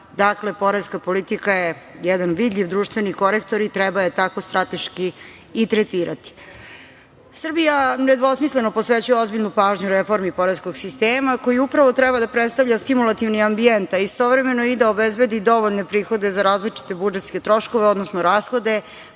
Dakle, poreska politika je jedan vidljiv društveni korektor i treba je tako strateški i tretirati. Srbija nedvosmisleno posvećuje ozbiljnu pažnju reformi poreskog sistema, koji upravo treba da predstavlja stimulativni ambijent, a istovremeno i da obezbedi dovoljne prihode za različite budžetske troškove, odnosno rashode,